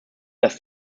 dass